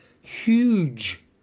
huge